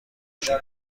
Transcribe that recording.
بشین